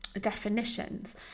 definitions